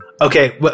Okay